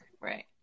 Right